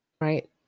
right